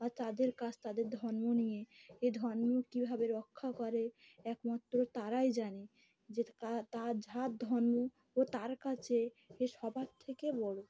আর তাদের কাজ তাদের ধর্ম নিয়ে এ ধর্ম কীভাবে রক্ষা করে একমাত্র তারাই জানে যে তার যার ধর্ম ও তার কাছে এ সবার থেকে বড়ো